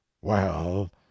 Well